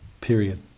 Period